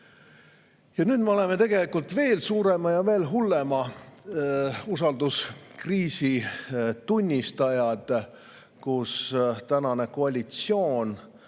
Nüüd me oleme tegelikult veel suurema ja veel hullema usalduskriisi tunnistajad. Tänane koalitsioon